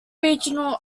regional